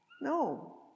No